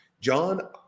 John